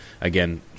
Again